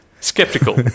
Skeptical